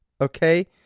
Okay